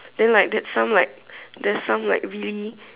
then like that's some like there's some like really